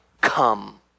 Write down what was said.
come